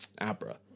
Abra